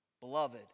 Beloved